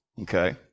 okay